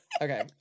Okay